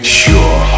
sure